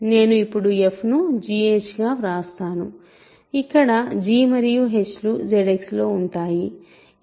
నేను ఇప్పుడు f ను g h గా వ్రాస్తాను ఇక్కడ g మరియు h లు ZX లో ఉంటాయి